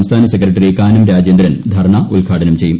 സംസ്ഥാന സെക്രട്ടറി കാനം രാജേന്ദ്രൻ ധർണ ഉദ്ഘാടനം ചെയ്യും